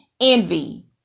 envy